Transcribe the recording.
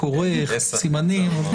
כורך, סימנים.